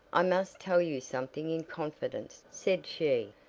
i must tell you something in confidence, said she,